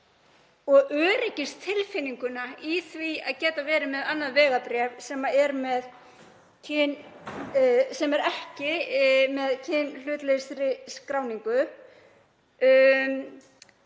og öryggistilfinninguna í því að geta haft annað vegabréf sem er ekki með kynhlutlausa skráningu.